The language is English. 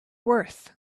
worth